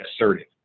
assertive